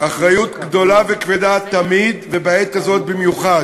אחריות גדולה וכבדה תמיד, ובעת הזאת במיוחד.